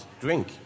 drink